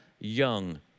young